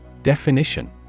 Definition